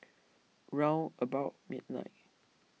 round about midnight